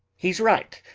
he's right!